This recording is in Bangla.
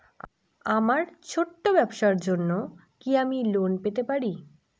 আমার ছোট্ট ব্যাবসার জন্য কি আমি লোন পেতে পারি?